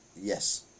yes